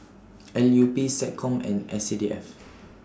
L U P Seccom and S C D F